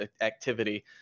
activity